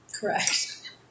Correct